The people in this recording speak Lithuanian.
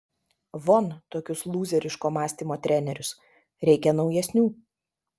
von tokius lūzeriško mąstymo trenerius reikia naujesnių